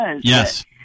Yes